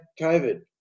COVID